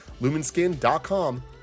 lumenskin.com